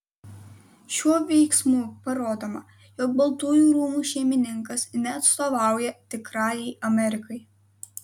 šiuo veiksmu parodoma jog baltųjų rūmų šeimininkas neatstovauja tikrajai amerikai